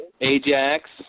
Ajax